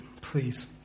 Please